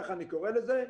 כך אני קורא לזה,